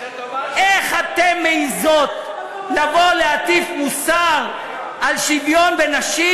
איך אתן מעזות לבוא להטיף מוסר על שוויון בין נשים,